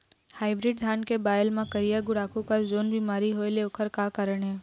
Hybrid धान के बायेल मां करिया गुड़ाखू कस जोन बीमारी होएल ओकर का कारण हे?